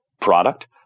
product